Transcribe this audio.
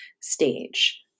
stage